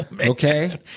Okay